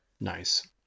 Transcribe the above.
Nice